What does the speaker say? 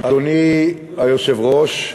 אדוני היושב-ראש,